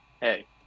Hey